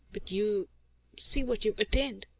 but you see what you've attained!